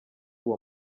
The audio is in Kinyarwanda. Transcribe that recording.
uwo